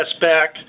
back